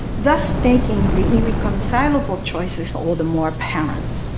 thus making the irreconcilable choices all the more apparent.